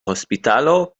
hospitalo